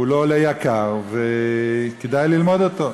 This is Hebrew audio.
הוא לא עולה ביוקר, וכדאי ללמוד אותו,